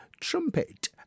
trumpet